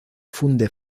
funde